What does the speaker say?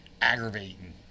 aggravating